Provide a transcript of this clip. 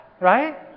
right